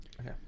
Okay